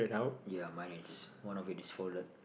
ya mine is one of it is folded